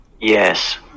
yes